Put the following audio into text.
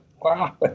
wow